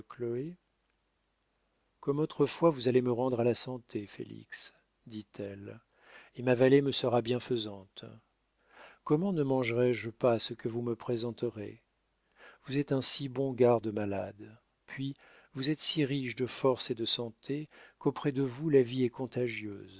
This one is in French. comme autrefois vous allez me rendre à la santé félix dit-elle et ma vallée me sera bienfaisante comment ne mangerais je pas ce que vous me présenterez vous êtes un si bon garde-malade puis vous êtes si riche de force et de santé qu'auprès de vous la vie est contagieuse